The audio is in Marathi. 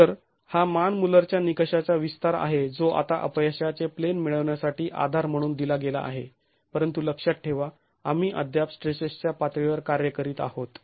तर हा मान मुल्लर च्या निकषाचा विस्तार आहे जो आता अपयशाचे प्लेन मिळविण्यासाठी आधार म्हणून दिला गेला आहे परंतु लक्षात ठेवा आम्ही अद्याप स्ट्रेसेसच्या पातळीवर कार्य करीत आहोत